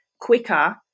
quicker